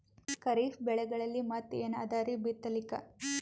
ಖರೀಫ್ ಬೆಳೆಗಳಲ್ಲಿ ಮತ್ ಏನ್ ಅದರೀ ಬಿತ್ತಲಿಕ್?